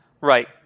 Right